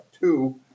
two